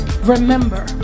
Remember